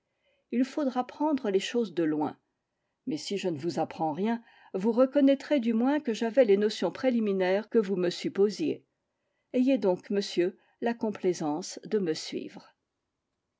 il faudra prendre les choses de loin mais si je ne vous apprends rien vous reconnaîtrez du moins que j'avais les notions préliminaires que vous me supposiez ayez donc monsieur la complaisance de me suivre